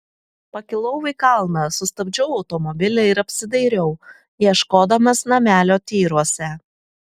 pakilau į kalną sustabdžiau automobilį ir apsidairiau ieškodamas namelio tyruose